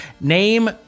name